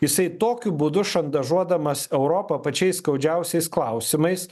jisai tokiu būdu šantažuodamas europą pačiais skaudžiausiais klausimais